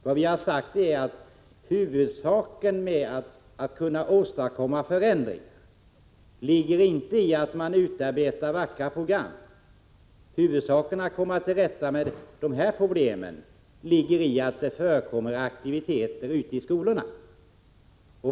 Det vi har sagt är att det viktiga när man skall åstadkomma förändringar inte ligger i att man utarbetar vackra program. När det gäller att komma till rätta med dessa problem är huvudsaken att det förekommer aktiviteter ute i skolorna.